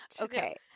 Okay